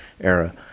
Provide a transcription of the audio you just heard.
era